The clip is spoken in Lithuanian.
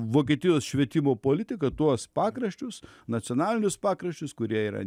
vokietijos švietimo politika tuos pakraščius nacionalinius pakraščius kurie yra